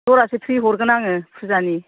जरासे फ्रि हरगोन आङो फुजानि